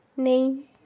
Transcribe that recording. नेईं